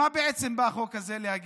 מה החוק הזה בא בעצם להגיד?